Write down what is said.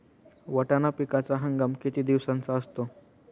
वाटाणा पिकाचा हंगाम किती दिवसांचा असतो?